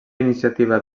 iniciativa